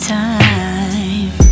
time